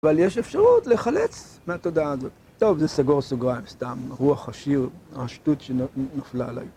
אבל יש אפשרות להחלץ מהתודעה הזאת. טוב, זה סגור סוגריים, סתם. רוח השיר, השטות שנפלה עליי.